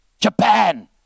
Japan